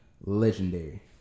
legendary